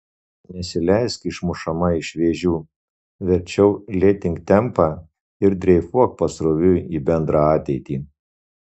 nesileisk išmušama iš vėžių verčiau lėtink tempą ir dreifuok pasroviui į bendrą ateitį